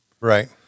Right